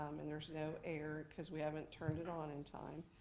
um and there's no air cause we haven't turned it on in time.